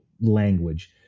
language